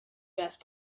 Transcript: best